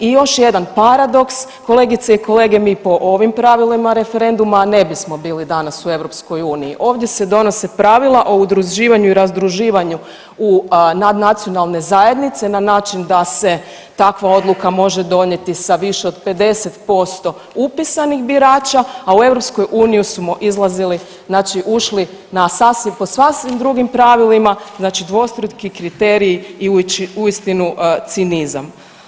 I još jedan paradoks kolegice i kolege mi po ovim pravilima referenduma ne bismo bili danas u EU, ovdje se donose pravila o udruživanju i razdruživanju nadnacionalne zajednice na način da se takva odluka može donijeti sa više od 50% upisanih birača, a u EU su mu izlazili znači ušli na sasvim, po sasvim drugim pravilima, znači dvostruki kriteriji i uistinu cinizam.